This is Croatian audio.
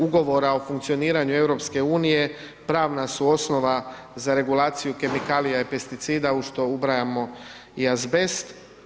Ugovora o funkcioniranju EU pravna su osnova za regulaciju kemikalija i pesticida u što ubrajamo i azbest.